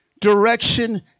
direction